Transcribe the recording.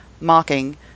mocking